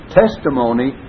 testimony